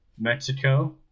Mexico